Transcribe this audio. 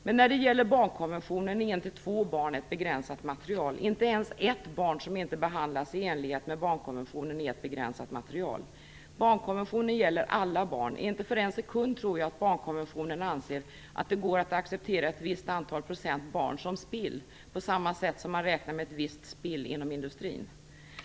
Men när det gäller barnkonventionen är inte två barn ett begränsat material - inte ens ett barn, som inte behandlas i enlighet med barnkonventionen, är ett begränsat material. Barnkonventionen gäller alla barn. Inte för en sekund tror jag att barnkonventionen innebär att det går att acceptera en viss procent barn som spill, på samma sätt som man räknar med ett visst spill inom industrin.